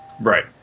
Right